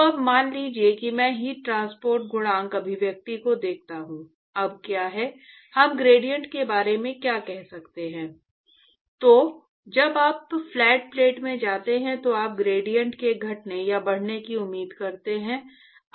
तो अब मान लीजिए कि मैं हीट ट्रांसपोर्ट गुणांक अभिव्यक्ति को देखता हूं अब क्या है हम ग्रेडिएंट के बारे में क्या कह सकते हैं तो जब आप फ्लैट प्लेट में जाते हैं तो आप ग्रेडिएंट के घटने या बढ़ने की उम्मीद करते हैं